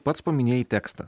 pats paminėjai tekstą